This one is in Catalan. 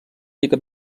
mica